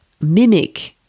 mimic